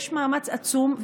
יש מאמץ עצום.